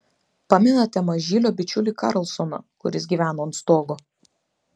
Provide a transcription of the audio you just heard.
pamenate mažylio bičiulį karlsoną kuris gyveno ant stogo